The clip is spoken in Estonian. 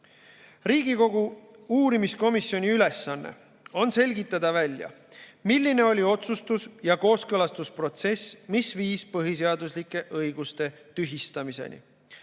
Riigikogu uurimiskomisjoni ülesanne on selgitada välja, milline oli otsustus‑ ja kooskõlastusprotsess, mis viis põhiseaduslike õiguste tühistamiseni.